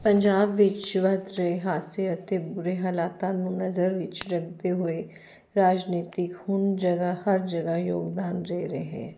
ਪੰਜਾਬ ਵਿੱਚ ਵਧ ਰਹੇ ਹਾਦਸੇ ਅਤੇ ਬੁਰੇ ਹਾਲਾਤਾਂ ਨੂੰ ਨਜ਼ਰ ਵਿੱਚ ਰੱਖਦੇ ਹੋਏ ਰਾਜਨੀਤਿਕ ਹੁਣ ਜਗ੍ਹਾ ਹਰ ਜਗ੍ਹਾ ਯੋਗਦਾਨ ਦੇ ਰਹੇ